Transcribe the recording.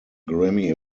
grammy